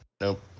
Nope